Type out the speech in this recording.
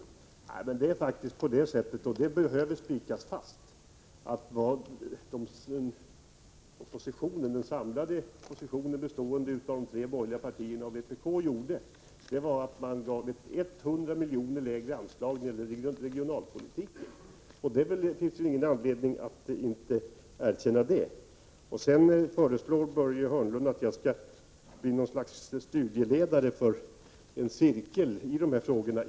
Det är faktiskt på det sättet, och det behöver spikas fast, att den samlade oppositionen, bestående av de tre borgerliga partierna och vpk, gav 100 miljoner lägre anslag till regionalpolitiken. Det finns väl ingen anledning att inte erkänna det. Sedan föreslog Börje Hörnlund att jag skulle bli något slags studieledare för en cirkel i de här frågorna.